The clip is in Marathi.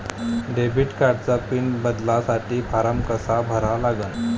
डेबिट कार्डचा पिन बदलासाठी फारम कसा भरा लागन?